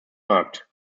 markt